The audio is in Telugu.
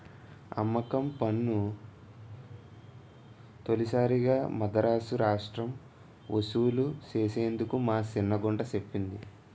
అమ్మకం పన్ను తొలిసారిగా మదరాసు రాష్ట్రం ఒసూలు సేసిందని మా సిన్న గుంట సెప్పింది